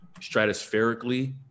stratospherically